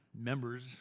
members